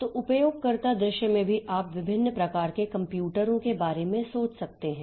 तो उपयोगकर्ता दृश्य में भी आप विभिन्न प्रकार के कंप्यूटरों के बारे में सोच सकते हैं